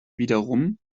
wiederum